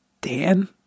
Dan